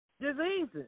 diseases